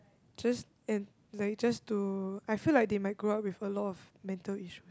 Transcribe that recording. just and like just to I feel that they might grow up with a lot of mental issue